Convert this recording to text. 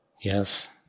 yes